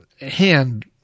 hand